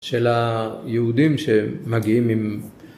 של היהודים שמגיעים עם